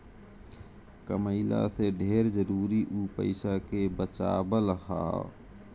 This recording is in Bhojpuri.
कमइला से ढेर जरुरी उ पईसा के बचावल हअ